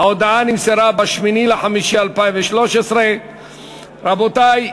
ההודעה נמסרה ב-8 במאי 2013. רבותי,